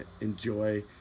enjoy